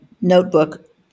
notebook